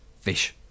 Fish